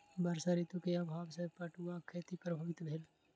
वर्षा ऋतू के अभाव सॅ पटुआक खेती प्रभावित भेल